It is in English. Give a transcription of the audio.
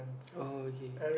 oh okay okay